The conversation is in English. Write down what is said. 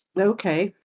okay